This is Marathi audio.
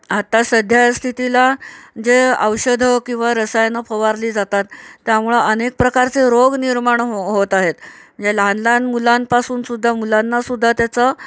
आत्ता सध्या स्थितीला जे औषधं किंवा रसायनं फवारली जातात त्यामुळं अनेक प्रकारचे रोग निर्माण हो होत आहेत जे लहान लहान मुलांपासून सुुद्धा मुलांनासुद्धा त्याचं